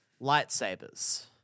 lightsabers